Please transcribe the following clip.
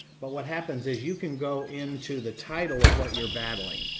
but what happens is you can go into the title of what you're battling,